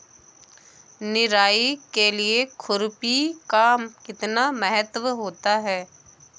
निराई के लिए खुरपी का कितना महत्व होता है?